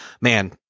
man